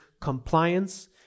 compliance